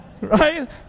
right